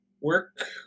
Work